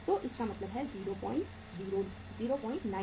तो इसका मतलब यह 090 है